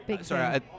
Sorry